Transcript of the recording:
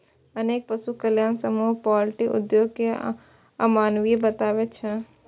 अनेक पशु कल्याण समूह पॉल्ट्री उद्योग कें अमानवीय बताबै छै